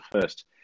first